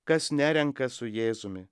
kas nerenka su jėzumi